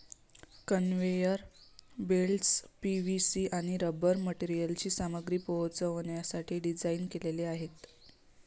conveyor belts PVC आणि rubber मटेरियलची सामग्री पोहोचवण्यासाठी डिझाइन केलेले आहेत